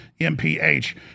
MPH